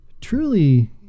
Truly